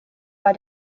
war